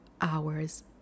hours